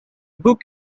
book